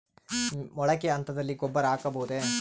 ಮೊಳಕೆ ಹಂತದಲ್ಲಿ ಗೊಬ್ಬರ ಹಾಕಬಹುದೇ?